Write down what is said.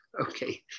Okay